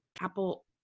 Apple